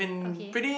okay